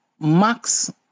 Max